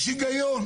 יש היגיון.